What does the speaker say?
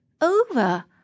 over